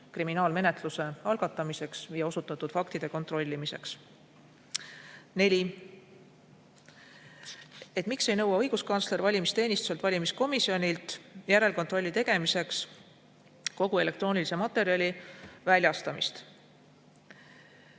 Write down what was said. kriminaalmenetluse algatamiseks või osutatud faktide kontrollimiseks. Küsimus nr 4: miks ei nõua õiguskantsler valimisteenistuselt ja valimiskomisjonilt järelkontrolli tegemiseks kogu elektroonilise materjali väljastamist?